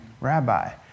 Rabbi